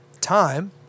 time